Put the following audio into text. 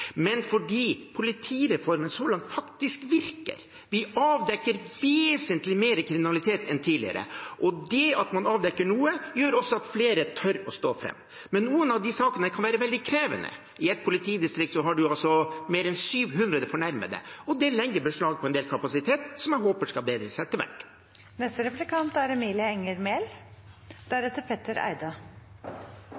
men fordi politireformen så langt faktisk virker. Vi avdekker vesentlig mer kriminalitet enn tidligere. Det at man avdekker noe, gjør også at flere tør å stå fram. Men noen av disse sakene kan være veldig krevende. I ett politidistrikt har man mer enn 700 fornærmede, og det legger beslag på en del kapasitet, noe som jeg håper skal bedre seg